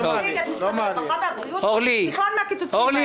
עכשיו אני